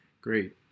great